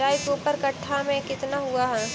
राई के ऊपर कट्ठा में कितना हुआ है?